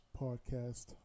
podcast